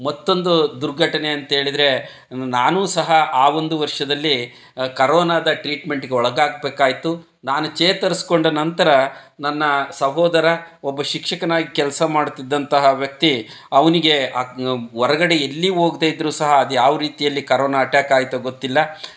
ಮತ್ತೊಂದು ದುರ್ಘಟನೆ ಅಂತೇಳಿದರೆ ನಾನೂ ಸಹ ಆ ಒಂದು ವರ್ಷದಲ್ಲಿ ಕರೋನದ ಟ್ರೀಟ್ಮೆಂಟಿಗೆ ಒಳಗಾಗಬೇಕಾಯ್ತು ನಾನು ಚೇತರಿಸ್ಕೊಂಡ ನಂತರ ನನ್ನ ಸಹೋದರ ಒಬ್ಬ ಶಿಕ್ಷಕನಾಗಿ ಕೆಲಸ ಮಾಡ್ತಿದ್ದಂತಹ ವ್ಯಕ್ತಿ ಅವನಿಗೆ ಆ ಹೊರಗಡೆ ಎಲ್ಲಿ ಹೋಗ್ದೇ ಇದ್ದರೂ ಸಹ ಅದು ಯಾವ ರೀತಿಯಲ್ಲಿ ಕರೋನ ಅಟ್ಯಾಕ್ ಆಯಿತೋ ಗೊತ್ತಿಲ್ಲ